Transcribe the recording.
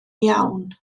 iawn